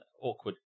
Awkward